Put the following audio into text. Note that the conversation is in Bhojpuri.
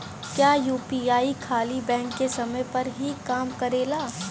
क्या यू.पी.आई खाली बैंक के समय पर ही काम करेला?